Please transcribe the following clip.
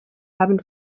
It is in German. haben